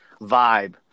vibe